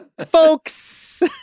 folks